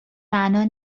معنا